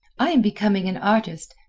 i am becoming an artist.